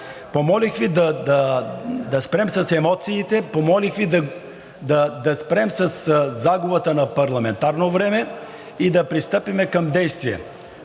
Помолих Ви да спрем с емоциите, помолих Ви да спрем със загубата на парламентарно време и да пристъпим към действия.